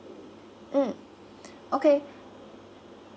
mm okay